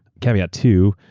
caveat two,